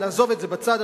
נעזוב את זה בצד.